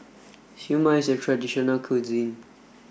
Siew Mai is a traditional local cuisine